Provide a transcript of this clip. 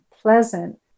pleasant